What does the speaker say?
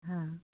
हँ